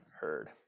heard